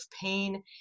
pain